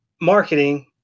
marketing